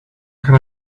can